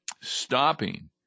stopping